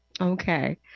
Okay